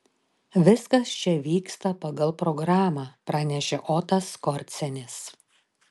viskas čia vyksta pagal programą pranešė otas skorcenis